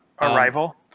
Arrival